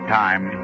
time